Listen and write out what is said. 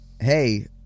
hey